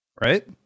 Right